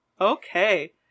Okay